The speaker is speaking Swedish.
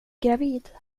gravid